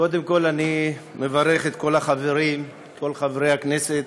קודם כול, אני מברך את כל החברים, כל חברי הכנסת,